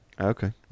Okay